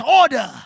order